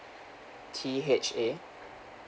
T H A